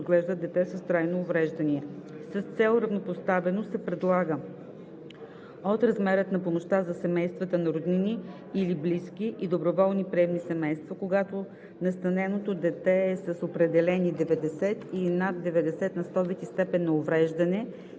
доброволните приемни семейства,